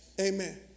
Amen